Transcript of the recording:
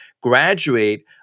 graduate